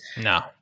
No